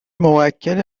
موکل